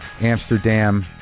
Amsterdam